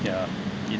yeah